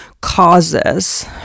causes